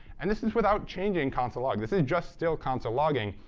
and this is without changing console log. this is just still console logging,